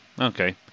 okay